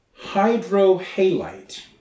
hydrohalite